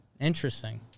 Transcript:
Interesting